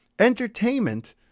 Entertainment